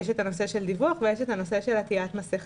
הנושא של דיווח והנושא של עטיית מסכה.